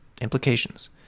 Implications